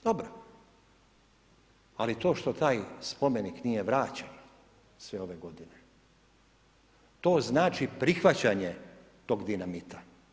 Dobro, ali to što taj spomenik nije vraćen sve ove godine, to znači prihvaćanje tog dinamita.